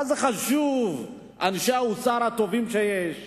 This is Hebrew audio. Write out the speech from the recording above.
מה זה חשוב אנשי האוצר הטובים שיש?